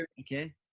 okay